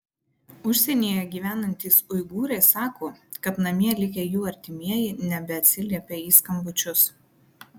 užsienyje gyvenantys uigūrai sako kad namie likę jų artimieji nebeatsiliepia į skambučius